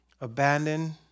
abandoned